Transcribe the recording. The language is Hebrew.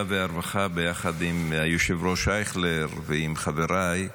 והרווחה ביחד עם היושב-ראש אייכלר ועם חבריי,